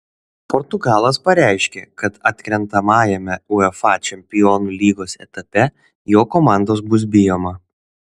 portugalas pareiškė kad atkrentamajame uefa čempionų lygos etape jo komandos bus bijoma